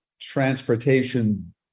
transportation